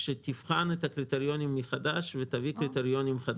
שתבחן את הקריטריונים מחדש ותביא קריטריונים חדשים.